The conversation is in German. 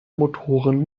motoren